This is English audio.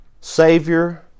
savior